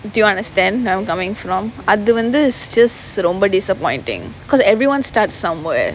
do you understand where I'm coming from அது வந்து:athu vanthu is just ரொம்ப:romba disappointing because everyone starts somewhere